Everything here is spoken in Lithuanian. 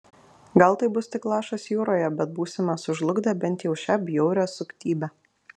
gal tai bus tik lašas jūroje bet būsime sužlugdę bent jau šią bjaurią suktybę